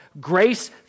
grace